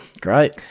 Great